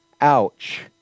Ouch